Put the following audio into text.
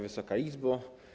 Wysoka Izbo!